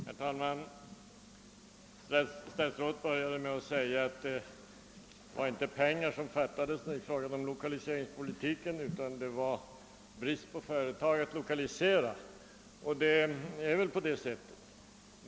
Herr talman! Statsrådet började med att säga att det inte var pengar som fattades i fråga om lokaliseringspolitiken utan att det var företag att lokalisera som det rådde brist på, och det är väl på det sättet.